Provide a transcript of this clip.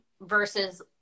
versus